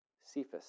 Cephas